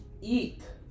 eat